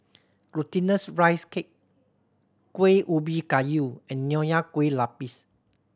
Glutinous Rice Cake Kuih Ubi Kayu and Nonya Kueh Lapis